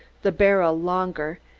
the barrel longer,